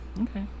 okay